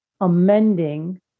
amending